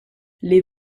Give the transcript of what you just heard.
les